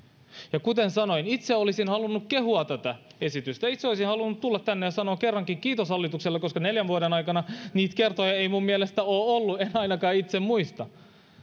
kuten sanoin itse olisin halunnut kehua tätä esitystä itse olisin halunnut tulla tänne ja sanoa kerrankin kiitos hallitukselle koska neljän vuoden aikana niitä kertoja ei minun mielestäni ole ollut en ainakaan itse muista